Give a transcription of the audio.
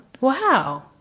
Wow